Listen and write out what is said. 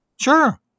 Sure